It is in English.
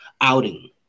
outing